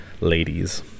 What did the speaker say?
ladies